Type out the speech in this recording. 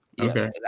Okay